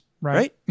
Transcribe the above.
Right